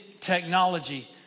technology